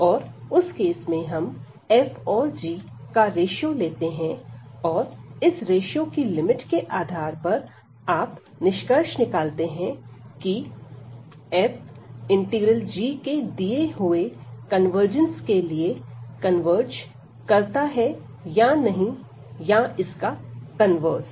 और उस केस में हम f और g का रेश्यो लेते हैं और इस रेश्यो की लिमिट के आधार पर आप निष्कर्ष निकालते हैं की f इंटीग्रल g के दिए हुए कन्वर्जंस के लिए कन्वर्ज करता है या नहीं या इसका कन्वर्स